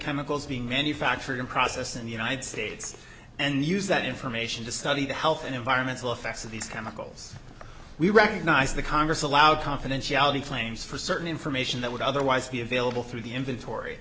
chemicals being manufactured and processed in the united states and use that information to study the health and environmental effects of these chemicals we recognize the congress allowed confidentiality claims for certain information that would otherwise be available through the inventory